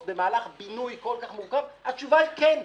במהלך בינוי כל כך מורכב התשובה היא כן,